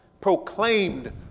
proclaimed